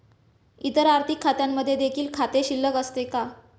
इतर आर्थिक खात्यांमध्ये देखील खाते शिल्लक असते का?